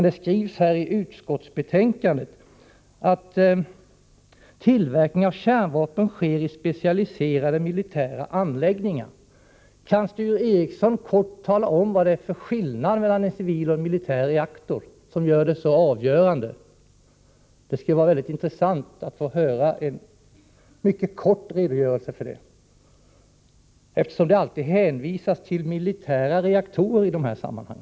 Det skrivs i utskottsbetänkandet att ”tillverkning av kärnvapen sker i specialiserade militära anläggningar”. Kan Sture Ericson tala om vilken avgörande skillnad det är mellan en civil och en militär reaktor? Det skulle vara intressant att få en kort redogörelse för detta, eftersom det alltid hänvisas till militära reaktorer i dessa sammanhang.